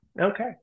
Okay